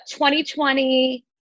2020